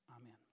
Amen